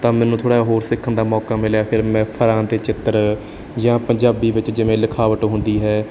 ਤਾਂ ਮੈਨੂੰ ਥੋੜ੍ਹਾ ਹੋਰ ਸਿੱਖਣ ਦਾ ਮੌਕਾ ਮਿਲਿਆ ਫਿਰ ਮੈਂ ਫਲਾਂ ਦੇ ਚਿੱਤਰ ਜਾਂ ਪੰਜਾਬੀ ਵਿੱਚ ਜਿਵੇਂ ਲਿਖਾਵਟ ਹੁੰਦੀ ਹੈ